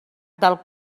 del